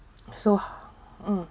so mm